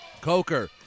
Coker